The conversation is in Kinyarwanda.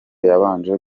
yabanje